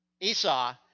Esau